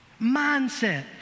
Mindset